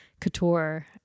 couture